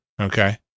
Okay